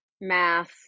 math